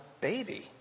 baby